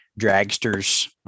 dragsters